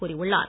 கூறி உள்ளார்